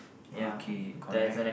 okay correct